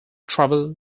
travel